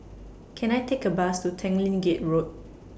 Can I Take A Bus to Tanglin Gate Road